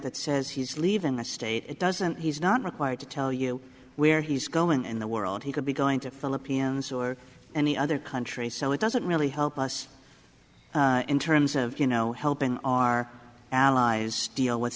that says he's leaving the state it doesn't he's not required to tell you where he's going in the world he could be going to philippians or any other country so it doesn't really help us in terms of you know helping our allies deal with